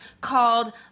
called